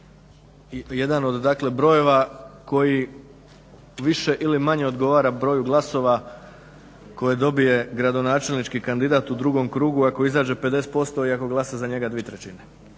jedan od dakle brojeva koji više ili manje odgovara broju glasova koje dobije gradonačelnički kandidat u drugom krugu ako izađe 50% i ako glasa za njega dvije trećine